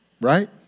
Right